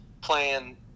playing